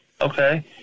Okay